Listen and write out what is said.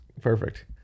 perfect